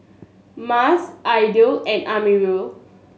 Mas Aidil and Amirul